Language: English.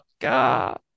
god